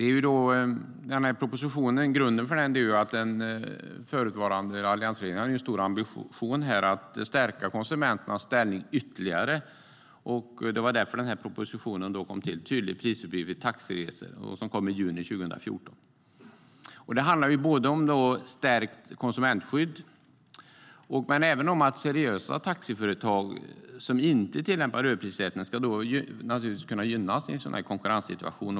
Grunden för denna proposition var att den tidigare alliansregeringen hade en stor ambition att stärka konsumentens ställning ytterligare. Det var därför propositionen Tydlig prisuppgift vid taxiresor kom i juni 2014. Det handlar både om stärkt konsumentskydd och om att seriösa taxiföretag som inte tillämpar överprissättning ska gynnas i en konkurrenssituation.